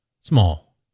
Small